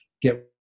get